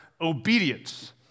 obedience